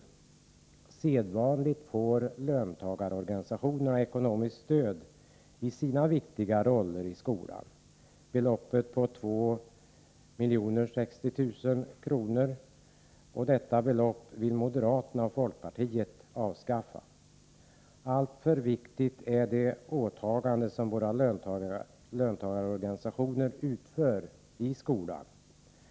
Som sedvanligt är får löntagarorganisationerna ekonomiskt stöd för sitt viktiga arbete inom skolan. Här föreslås att anslaget höjs till 2 060 000 kr. Detta anslag vill moderaterna och folkpartiet avskaffa. De åtaganden som våra löntagarorganisationer fullgör i skolan är emellertid alltför viktiga.